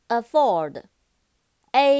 afford，a